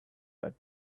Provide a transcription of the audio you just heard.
that